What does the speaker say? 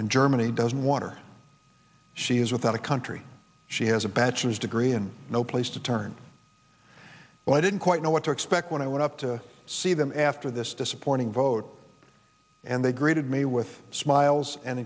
and germany doesn't want or she is without a country she has a bachelor's degree and no place to turn well i didn't quite know what to expect when i went up to see them after this disappointing vote and they greeted me with smiles and